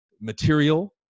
Material